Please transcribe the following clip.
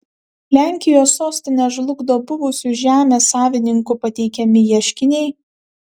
lenkijos sostinę žlugdo buvusių žemės savininkų pateikiami ieškiniai